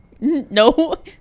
No